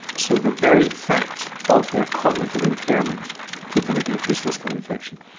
so the very fact of their cognitive impairment put them at increased risk of infection.